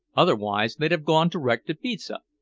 otherwise they'd have gone direct to pisa.